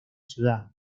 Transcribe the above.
ciudad